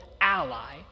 ally